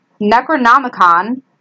Necronomicon